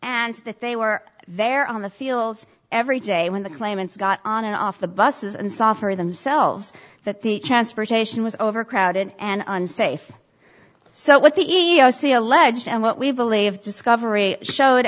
and that they were there on the fields every day when the claimants got on and off the buses and saw for themselves that the transportation was overcrowded and unsafe so what the e e o c alleged and what we believe discovery show